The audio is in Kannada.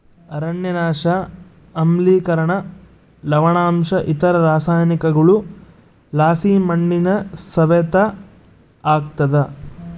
ಅರಣ್ಯನಾಶ ಆಮ್ಲಿಕರಣ ಲವಣಾಂಶ ಇತರ ರಾಸಾಯನಿಕಗುಳುಲಾಸಿ ಮಣ್ಣಿನ ಸವೆತ ಆಗ್ತಾದ